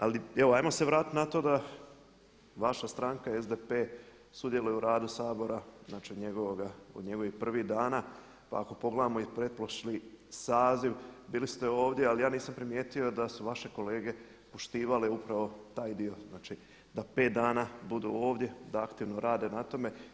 Ali evo ajmo se vratiti na to da vaša stranka SDP sudjeluje u radu Sabora, znači od njegovih prvih dana, pa ako pogledamo i pretprošli saziv bili ste ovdje ali ja nisam primijetio da su vaše kolege poštivale upravo taj dio, znači da 5 dana budu ovdje, da aktivno rade na tome.